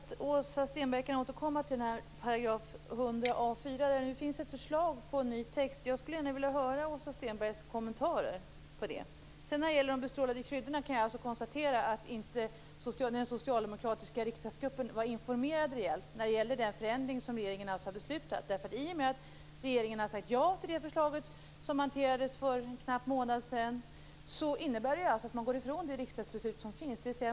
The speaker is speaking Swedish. Fru talman! Jag hoppas att Åsa Stenberg kan återkomma till artikel 100a punkt 4. Det finns ett förslag till ny text. Jag skulle gärna vilja höra Åsa Stenbergs kommentar till det. När det gäller bestrålade kryddor kan jag konstatera att den socialdemokratiska riksdagsgruppen inte var informerad om den förändring som regeringen har beslutat om. I och med att regeringen har sagt ja till det förslag som hanterades för en knapp månad sedan går man ifrån riksdagsbeslutet.